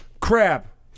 Crap